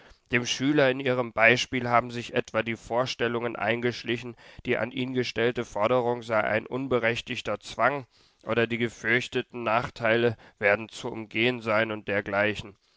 dem schüler in ihrem beispiel haben sich etwa die vorstellungen eingeschlichen die an ihn gestellte forderung sei ein unberechtigter zwang oder die gefürchteten nachteile werden zu umgehen sein und dergleichen